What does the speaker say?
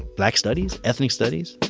black studies, ethnic studies?